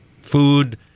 food